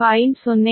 08 p